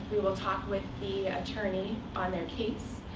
we will talk with the attorney on their case.